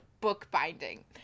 bookbinding